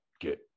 get